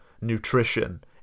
nutrition